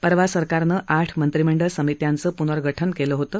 परवा सरकारनं आठ मंत्रिमंडळ समित्यांचं पूनर्गठन केलं होतं